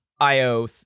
IO